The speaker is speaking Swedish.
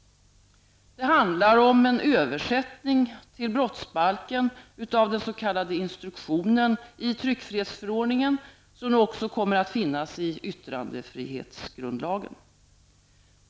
Det handlar om en översättning till brottsbalken av den s.k. instruktionen i tryckfrihetsförordningen -- som nu också kommer att finnas i yttrandefrihetsgrundlagen.